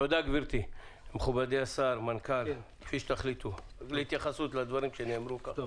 אדוני השר, התייחסות לדברים שעלו פה.